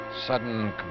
Sudden